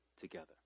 together